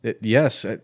Yes